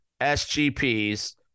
sgps